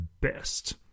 best